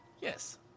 Yes